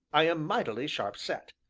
i am mightily sharp set.